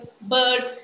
birds